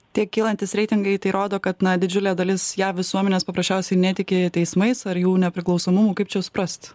tie kylantys reitingai tai rodo kad na didžiulė dalis ją visuomenės paprasčiausiai netiki teismais ar jų nepriklausomumu kaip čia suprasti